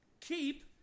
keep